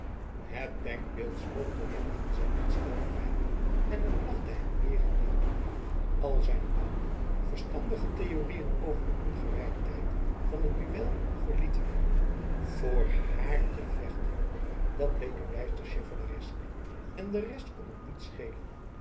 het denkbeeld spookte rond in zijn ontsteld brein en t lachte hem meer en meer toeai zijn oude verstandige theorieën over de ongerijmdheid van het duel verlieten hem voor haar te vechten dat bleek hem bijster chevaleresque en de rest kon hem niet schelen